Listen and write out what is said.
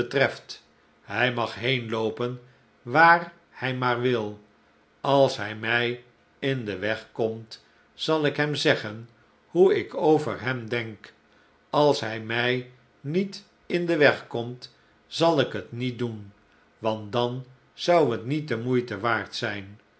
betreft hij mag heenloopen waar hij maar wil als hij mij in den weg komt zal ik hem zeggen hoe ik over hem denk als hij mij niet in den weg komt zal ik het niet doen want dan zou het niet de moeite waard zijn